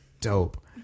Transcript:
dope